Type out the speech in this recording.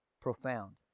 profound